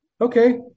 Okay